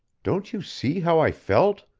don't you see how i felt?